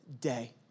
day